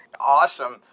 Awesome